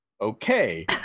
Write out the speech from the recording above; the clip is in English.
okay